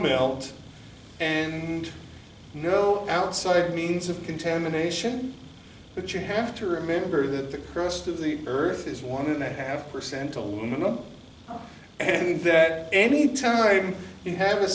melt and no outside means of contamination but you have to remember that the crust of the earth is one and a half percent aluminum and that any time you have a